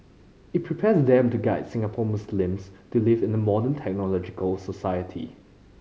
it prepares them to guide Singapore Muslims to live in a modern technological society